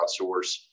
outsource